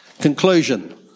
Conclusion